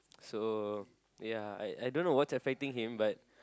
so ya I I don't know what's affecting him